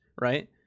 Right